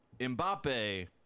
Mbappe